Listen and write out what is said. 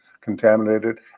contaminated